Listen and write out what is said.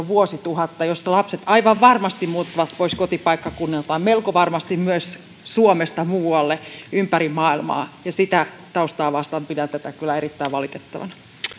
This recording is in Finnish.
vuosituhatta jossa lapset aivan varmasti muuttavat pois kotipaikkakunniltaan melko varmasti myös suomesta muualle ympäri maailmaa ja sitä taustaa vasten pidän tätä kyllä erittäin valitettavana